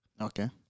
Okay